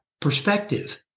perspective